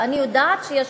אני יודעת שיש